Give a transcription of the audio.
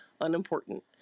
unimportant